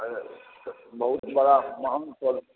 बहुत बरा महान पर्व छै